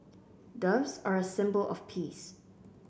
doves are a symbol of peace